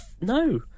No